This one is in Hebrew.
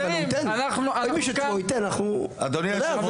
אדוני היו״ר,